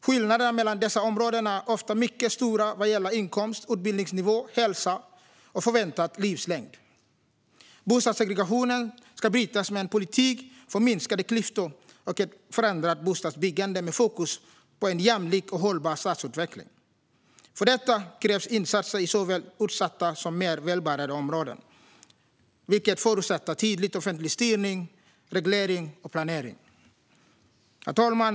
Skillnaderna mellan dessa områden är ofta mycket stora vad gäller inkomst, utbildningsnivå, hälsa och förväntad livslängd. Bostadssegregationen ska brytas med en politik för minskade klyftor och ett förändrat bostadsbyggande med fokus på en jämlik och hållbar stadsutveckling. För detta krävs insatser i såväl utsatta som mer välbärgade områden, vilket förutsätter tydlig offentlig styrning, reglering och planering. Herr talman!